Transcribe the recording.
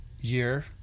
year